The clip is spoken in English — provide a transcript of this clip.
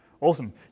awesome